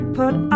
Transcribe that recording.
put